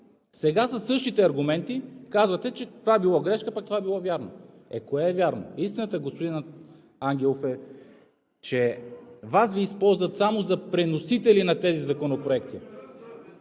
Сега със същите аргументи казвате, че това било грешка, пък това било вярно. Е, кое е вярно? Истината, господин Ангелов, е, че Вас Ви използват само за приносители на тези законопроекти